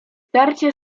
starcie